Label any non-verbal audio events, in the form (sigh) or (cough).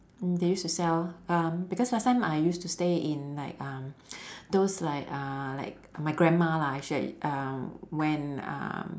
mm they used to sell um because last time I used to stay in like um (breath) those like uh like my grandma lah actually I um when um